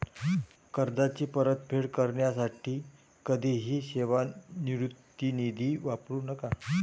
कर्जाची परतफेड करण्यासाठी कधीही सेवानिवृत्ती निधी वापरू नका